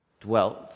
Dwelt